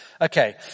Okay